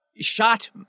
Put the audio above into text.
shot